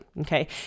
Okay